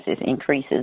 increases